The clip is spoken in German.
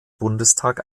bundestag